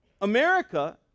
America